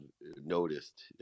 noticed